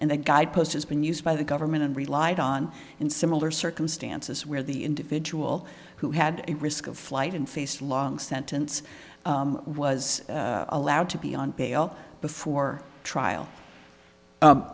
and the guidepost has been used by the government and relied on in similar circumstances where the individual who had a risk of flight and face long sentence was allowed to be on bail before trial